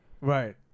right